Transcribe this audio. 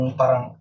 parang